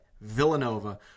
Villanova